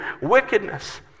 wickedness